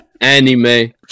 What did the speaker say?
Anime